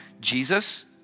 Jesus